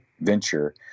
venture